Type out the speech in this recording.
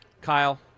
Kyle